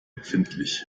empfindlich